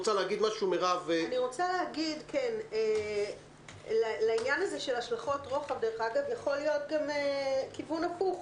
אני רוצה להגיד שלעניין השלכות הרוחב יכול להיות גם כיוון הפוך,